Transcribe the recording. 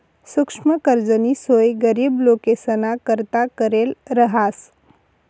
सुक्ष्म कर्जनी सोय गरीब लोकेसना करता करेल रहास